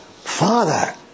Father